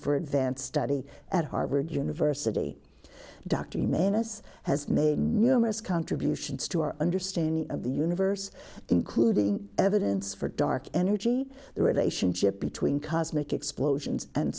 for advanced study at harvard university dr menace has made numerous contributions to our understanding of the universe including evidence for dark energy the relationship between cosmic explosions and